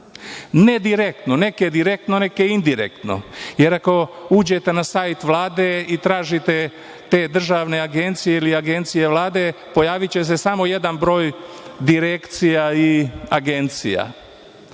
Ne direktno, neke direktno, neke indirektno, jer ako uđete na sajt Vlade i tražite te državne agencije ili agencije Vlade, pojaviće se samo jedan broj direkcija i agencija,